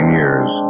years